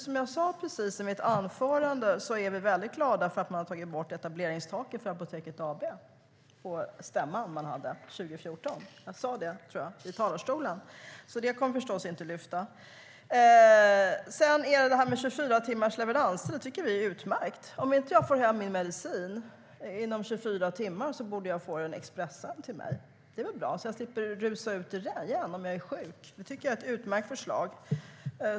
Som jag tror att jag sa i mitt anförande är vi glada för att man tog bort etableringstaket för Apoteket AB på stämman 2014, så det kommer vi alltså inte lyfta upp. Vi tycker att 24 timmars leveranstid är utmärkt. Om jag inte får hem min medicin inom 24 timmar bör jag få den expressänd till mig så att jag slipper rusa ut igen om jag är sjuk. Det är ett utmärkt förslag.